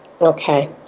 Okay